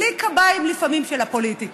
לפעמים בלי קביים של הפוליטיקה.